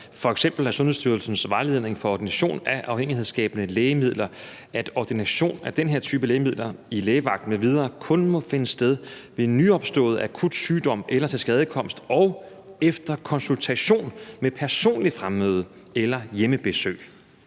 f.eks. af Sundhedsstyrelsens vejledning for ordination af afhængighedsskabende lægemidler, at ordination af den her type lægemidler gennem lægevagten m.v. kun må finde sted ved nyopstået akut sygdom eller tilskadekomst og efter konsultation med personligt fremmøde eller hjemmebesøg.